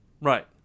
Right